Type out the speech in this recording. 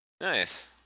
Nice